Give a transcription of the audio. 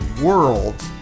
world